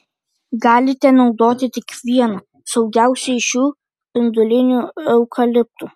galite naudoti tik vieną saugiausią iš jų spindulinių eukaliptų